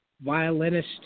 violinist